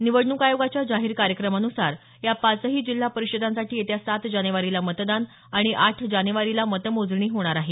निवडणूक आयोगाच्या जाहीर कार्यक्रमान्सार या पाचही जिल्हा परिषदांसाठी येत्या सात जानेवारीला मतदान आणि आठ जानेवारीला मतमोजणी होणार आहे